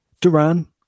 Duran